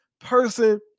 person